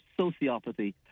sociopathy